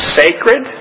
sacred